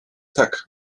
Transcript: tak